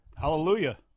Hallelujah